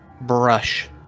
brush